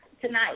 tonight